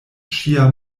ŝia